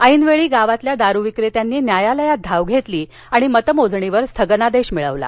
ऐन वेळी गावातील दारू विक्रेत्यांनी न्यायालयात धाव घेतली आणि मतमोजणीवर स्थगनादेश मिळवला